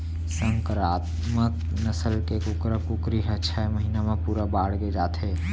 संकरामक नसल के कुकरा कुकरी ह छय महिना म पूरा बाड़गे जाथे